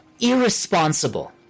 irresponsible